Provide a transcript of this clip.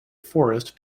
forest